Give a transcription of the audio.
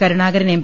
Karunakaran M